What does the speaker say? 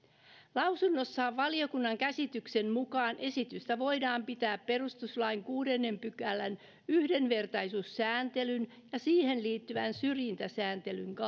lausunnossa valiokunnan käsityksen mukaan esitystä voidaan pitää perustuslain kuudennen pykälän yhdenvertaisuussääntelyn ja siihen liittyvän syrjintäkieltosääntelyn